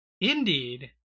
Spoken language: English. Indeed